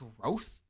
growth